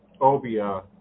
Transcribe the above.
Obia